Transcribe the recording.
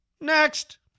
next